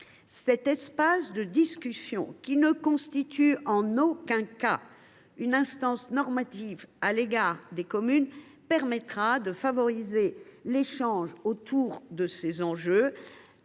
Cet espace de discussion, qui ne constitue en aucun cas une instance normative à l’égard des communes, permettra de favoriser les échanges autour de ces enjeux.